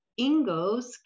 ingos